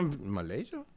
Malaysia